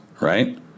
right